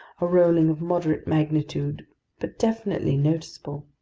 a rolling of moderate magnitude but definitely noticeable.